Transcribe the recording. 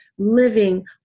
living